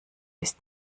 ist